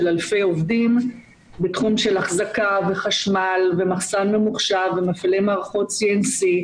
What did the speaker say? אלפי עובדים בתחום של אחזקה וחשמל ומחסן ממוחשב ומפעילי מערכות CNC,